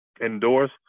endorse